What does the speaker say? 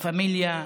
לה פמיליה תישאר,